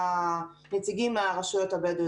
תודה רבה.